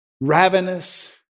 ravenous